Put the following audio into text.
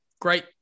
Great